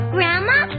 Grandma